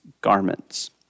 garments